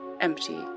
empty